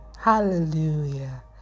Hallelujah